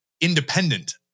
independent